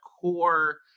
core